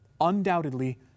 Undoubtedly